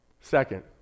Second